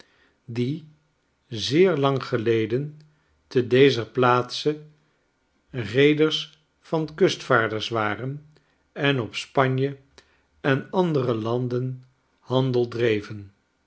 die zeerlang geleden te dezer plaatse reeders van kustvaarders waren en op spanje en op andere landen handel dreven